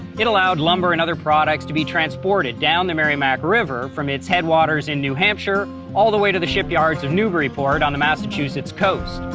it allowed lumber and other products to be transported down the merrimack river from its headwaters in new hampshire all the way to the shipyards of newburyport on the massachusetts coast.